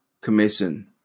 Commission